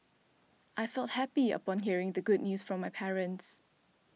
I felt happy upon hearing the good news from my parents